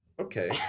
okay